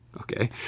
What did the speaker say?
Okay